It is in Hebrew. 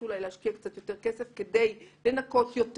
אולי להשקיע קצת יותר כסף כדי לנקות יותר,